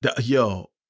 Yo